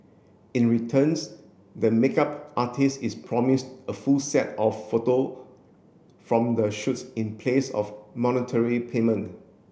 in returns the makeup artist is promised a full set of photo from the shoots in place of monetary payment